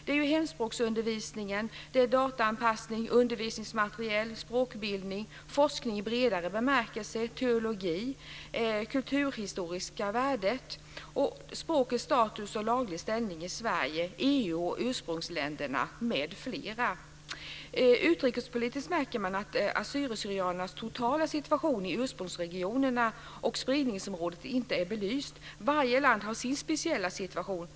Det är hemspråksundervisning, dataanpassning, undervisningsmaterial, språkbildning, forskning i bredare bemärkelse, teologi, kulturhistoriska värden och språkets status och laglig ställning i Sverige, EU, ursprungsländerna m.fl. Utrikespolitiskt märker man att assyrier/syrianernas totala situation i ursprungsregionerna och spridningsområdet inte är belyst. Varje land har sin speciella situation.